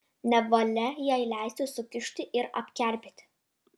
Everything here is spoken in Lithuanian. nevalia jai leisti sukiužti ir apkerpėti